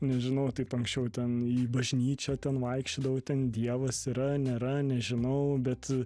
nežinau taip anksčiau ten į bažnyčią ten vaikščiodavau ten dievas yra nėra nežinau bet